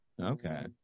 Okay